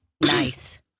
Nice